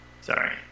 Sorry